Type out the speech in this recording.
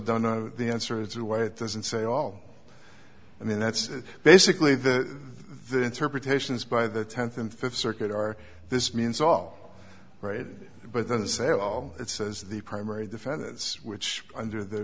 don't know the answer it's the way it doesn't say all i mean that's basically the the interpretations by the tenth and fifth circuit are this means all right but then sell it says the primary defendants which under the